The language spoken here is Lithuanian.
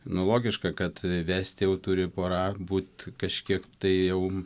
nu logiška kad vesti jau turi pora būt kažkiek tai nu